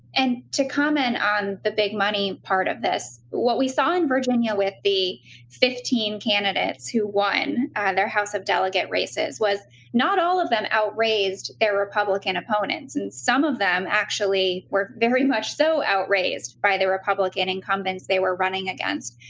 and to comment on the big money part of this, what we saw in virginia with the fifteen candidates who won and their house of delegate races was not all of them outraised their republican opponents, and some of them actually were very much so outraised by the republican incumbents they were running against,